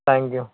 thank you